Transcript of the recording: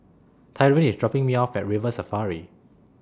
Tyrin IS dropping Me off At River Safari